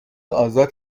آزاد